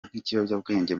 nk’ikiyobyabwenge